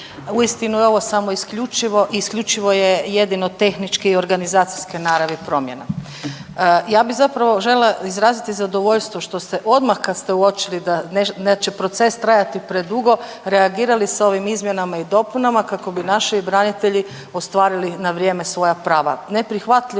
Uistinu je ovo samo isključivo i isključivo je jedino tehnički i organizacijske naravi promjena. Ja bi samo željela izraziti zadovoljstvo što ste odmah kad ste uočili da neće proces trajati predugo, reagirali sa ovim izmjenama i dopunama kako bi naši branitelji ostvarili na vrijeme svoja prava. Neprihvatljivo